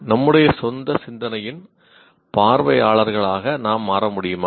நம்முடைய சொந்த சிந்தனையின் பார்வையாளர்களாக நாம் மாற முடியுமா